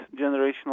generational